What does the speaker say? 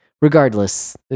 regardless